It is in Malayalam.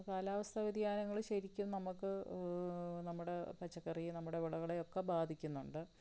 കാലാവസ്ഥാവ്യതിയാനങ്ങള് ശരിക്കും നമുക്കു നമ്മുടെ പച്ചക്കറിയെ നമ്മുടെ വിളകളെയൊക്കെ ബാധിക്കുന്നുണ്ട്